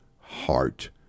heart